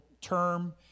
term